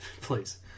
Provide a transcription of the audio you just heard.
please